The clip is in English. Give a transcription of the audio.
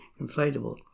inflatable